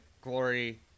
glory